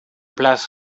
place